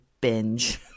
binge